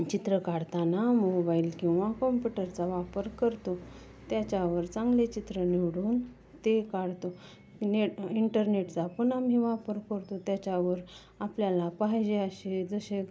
चित्र काढताना मोबाईल किंवा कॉम्पुटरचा वापर करतो त्याच्यावर चांगले चित्र निवडून ते काढतो नेट इंटरनेटचा पण आम्ही वापर करतो त्याच्यावर आपल्याला पाहिजे असे जसे